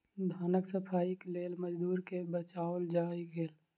धानक सफाईक लेल मजदूर के बजाओल गेल